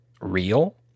real